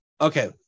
okay